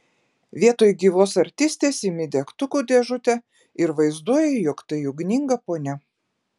vietoj gyvos artistės imi degtukų dėžutę ir vaizduoji jog tai ugninga ponia